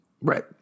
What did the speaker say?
Right